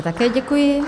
Také děkuji.